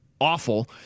awful